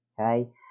Okay